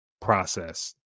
process